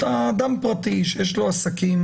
אתה אדם פרטי שיש לו עסקים